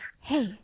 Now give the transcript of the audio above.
hey